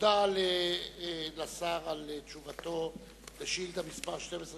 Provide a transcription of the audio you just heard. תודה לשר על תשובתו על שאילתא מס' 12,